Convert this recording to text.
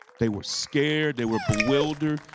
they were scared, they were bewildered,